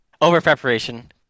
over-preparation